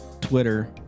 Twitter